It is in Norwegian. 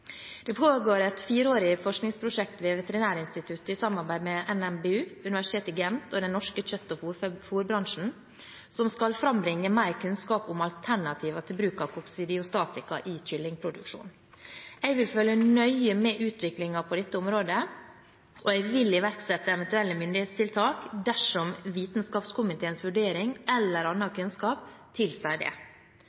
Det pågår et fireårig forskningsprosjekt ved Veterinærinstituttet i samarbeid med NMBU, Universitetet i Gent og den norske kjøtt- og fôrbransjen som skal frambringe mer kunnskap om alternativer til bruk av koksidiostatika i kyllingproduksjonen. Jeg vil følge nøye med på utviklingen på dette området, og jeg vil iverksette eventuelle myndighetstiltak dersom Vitenskapskomiteens vurdering eller annen kunnskap tilsier